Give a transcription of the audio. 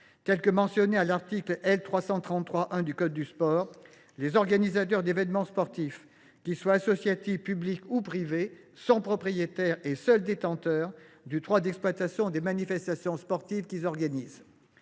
les organisateurs. L’article L. 333 1 du code du sport est clair : les organisateurs d’événements sportifs, qu’ils soient associatifs, publics ou privés, sont propriétaires et seuls détenteurs du droit d’exploitation des manifestations sportives qu’ils organisent.